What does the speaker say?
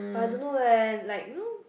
but I don't know leh like no